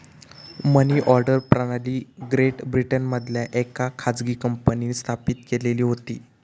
मनी order प्रणाली great ब्रिटनमधल्या येका खाजगी कंपनींन स्थापित केलेली होती